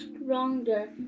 stronger